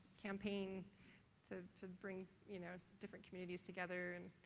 campaign to to bring you know, different communities together and